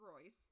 Royce